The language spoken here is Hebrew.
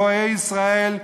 רועי ישראל,